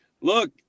look